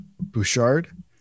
Bouchard